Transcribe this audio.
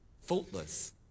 faultless